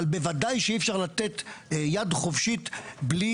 אבל בוודאי שאי אפשר לתת יד חופשית בלי